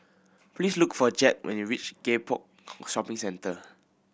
please look for Jett when you reach Gek Poh Shopping Centre